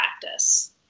practice